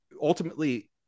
ultimately